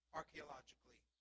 archaeologically